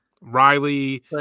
Riley